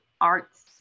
arts